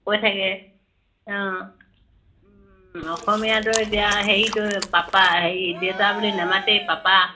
কয় চাগে অসমীয়াটো এতিয়া হেৰিটো পাপা হেৰি দেউতা বুলি নেমাতেই পাপা